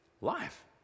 life